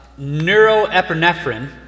Neuroepinephrine